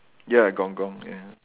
ya gong-gong ya